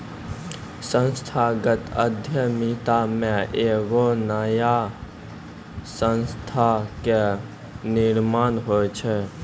संस्थागत उद्यमिता मे एगो नयका संस्था के निर्माण होय छै